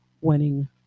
winning